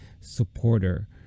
supporter